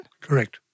Correct